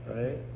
right